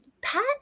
Pat